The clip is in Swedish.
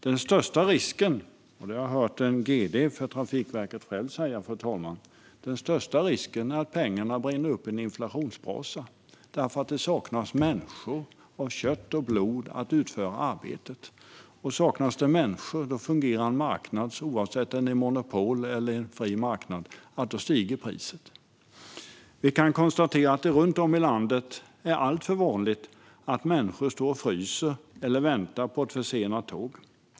Jag har, fru talman, hört en gd från Trafikverket själv säga att den största risken är att pengarna brinner upp i en inflationsbrasa. Det saknas nämligen människor av kött och blod att utföra arbetet. Och om det saknas människor fungerar en marknad, oavsett om den är ett monopol eller en fri marknad, på så sätt att priset stiger. Vi kan konstatera att det runt om i landet är alltför vanligt att människor står och fryser eller väntar på ett försenat tåg.